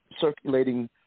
circulating